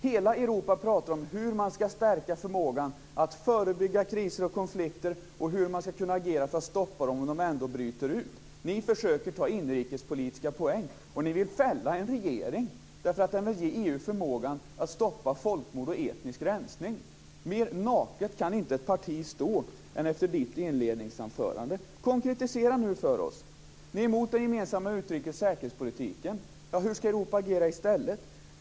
Hela Europa pratar om hur man skall stärka förmågan att förebygga kriser och konflikter och hur man skall kunna agera för att stoppa dem om de ändå bryter ut. Ni försöker ta inrikespolitiska poäng, och ni vill fälla en regering för att den vill ge EU förmågan att stoppa folkmord och etnisk rensning. Mer naket kan inte ett parti stå än efter ditt inledningsanförande. Konkretisera nu för oss! Ni är emot den gemensamma utrikes och säkerhetspolitiken. Hur skall Europa agera i stället?